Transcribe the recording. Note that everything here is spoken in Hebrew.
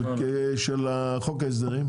של חוק ההסדרים?